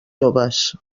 joves